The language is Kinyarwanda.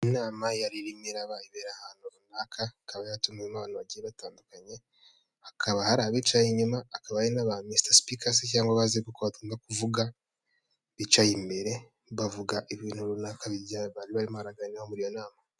Inama yaririmo iraba, ibera ahantu runaka ikaba yatumiwemo abantu bagiye batandukanye, hakaba hari abicaye inyuma akaba ari na ba mister speaker cyangwa se bazi ibyo bagomba kuvuga, bicay’imbere bavuga ibintu runaka bari kuganira mur’iyo nama.